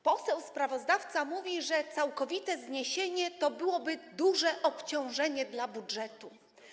Poseł sprawozdawca mówi, że całkowite jego zniesienie to byłoby duże obciążenie dla budżetu.